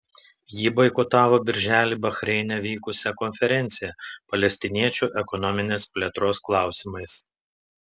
ji boikotavo birželį bahreine vykusią konferenciją palestiniečių ekonominės plėtros klausimais